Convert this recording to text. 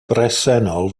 bresennol